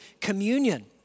communion